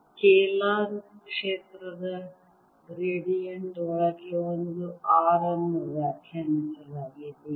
scalar ಕ್ಷೇತ್ರದ gradient ಒಳಗೆ ಒಂದು r ಅನ್ನು ವ್ಯಾಖ್ಯಾನಿಸಲಾಗಿದೆ